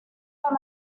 are